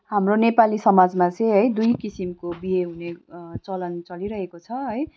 हाम्रो नेपाली समाजमा चाहिँ है दुई किसिमको बिहे हुने चलन चलिरहेको छ है